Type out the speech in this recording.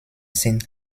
sind